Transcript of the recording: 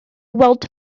weld